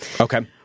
Okay